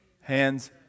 hands